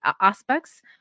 aspects